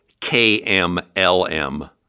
KMLM